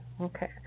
okay